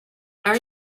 are